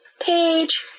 Page